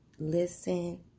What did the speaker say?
listen